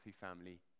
family